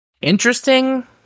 Interesting